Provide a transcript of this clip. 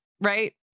right